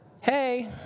Hey